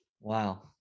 wow